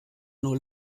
nur